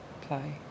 play